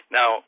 Now